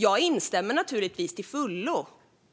Jag instämmer naturligtvis till fullo